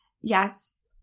yes